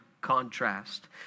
contrast